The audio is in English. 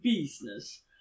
business